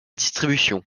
distribution